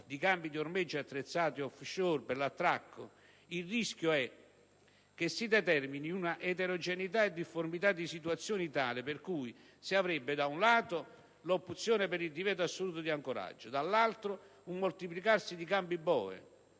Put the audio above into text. di campi di ormeggio attrezzati *off shore* per l'attracco, il rischio è che si determini una eterogeneità e difformità di situazioni tale per cui si avrebbe, da un lato, l'opzione per il divieto assoluto di ancoraggio e, dall'altro, un moltiplicarsi di campi boe